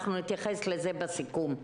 אנחנו נתייחס לזה בסיכום.